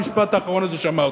המשפט האחרון הזה שאמרתי.